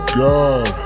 god